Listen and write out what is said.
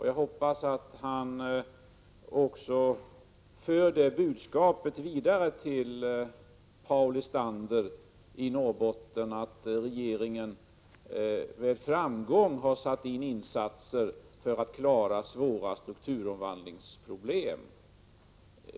Jag hoppas att han för budskapet vidare till Paul Lestander i Norrbotten, att regeringen med framgång har satt in åtgärder för att klara svåra strukturomvandlingsproblem.